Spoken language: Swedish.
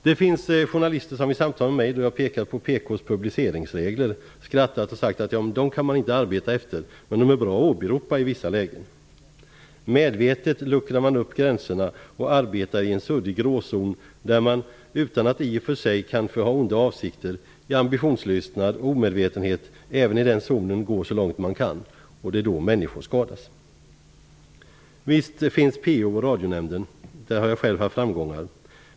Det finns journalister som i samtal med mig, då jag pekat på PK:s publiceringsregler, skrattat och sagt att man inte kan arbeta efter dem, men att de är bra att åberopa i vissa lägen. Medvetet luckrar man upp gränserna och arbetar i en suddig gråzon där man, utan att i och för sig ha onda avsikter, i ambitionslystnad och omedvetenhet går så långt man kan även i den zonen. Det är då människor skadas. Visst finns PO och Radionämnden. Där har jag själv haft framgångar.